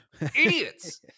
Idiots